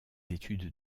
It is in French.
études